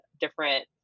different